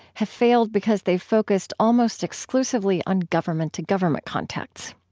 have failed because they've focused almost exclusively on government-to-government contacts.